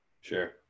Sure